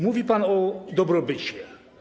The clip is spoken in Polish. Mówi pan o dobrobycie.